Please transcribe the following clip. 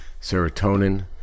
serotonin